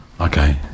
Okay